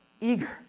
Eager